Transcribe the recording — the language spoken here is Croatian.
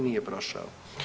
Nije prošao.